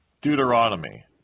Deuteronomy